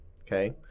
Okay